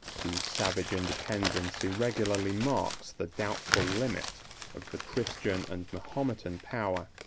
whose savage independence irregularly marks the doubtful limit of the christian and mahometan power.